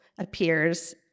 appears